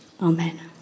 Amen